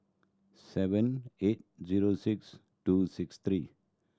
seven eight zero six two six three